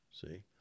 See